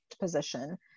position